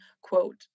quote